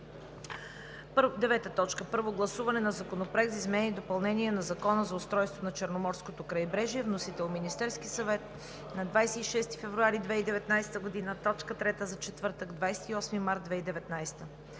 2019 г. 9. Първо гласуване на Законопроекта за изменение и допълнение на Закона за устройството на Черноморското крайбрежие. Вносител е Министерският съвет на 26 февруари 2019 г. – точка трета за четвъртък, 28 март 2019